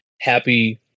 happy